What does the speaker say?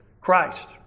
Christ